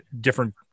different